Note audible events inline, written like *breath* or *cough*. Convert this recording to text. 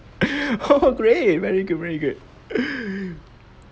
*breath* !oho! great very good very good *breath*